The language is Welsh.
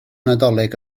nadolig